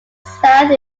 south